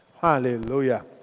Hallelujah